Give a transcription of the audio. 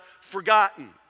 forgotten